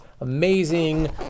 amazing